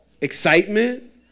excitement